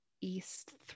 East